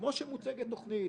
כמו שמוצגת תכנית.